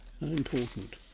important